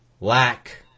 Lack